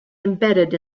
embedded